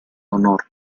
honor